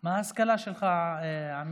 מה ההשכלה שלך, עמית?